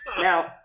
now